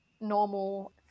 normal